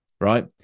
right